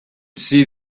see